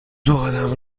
دوقدم